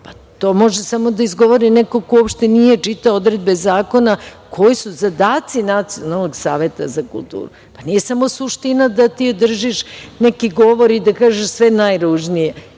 može samo da izgovori neko ko uopšte nije čitao odredbe zakona, koji su zadaci Nacionalnog saveta za kulturu. Nije samo suština da ti držiš neki govor i da kažeš sve najružnije